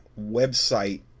website